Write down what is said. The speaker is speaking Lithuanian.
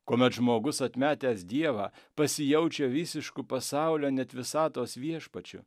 kuomet žmogus atmetęs dievą pasijaučia visišku pasaulio net visatos viešpačiu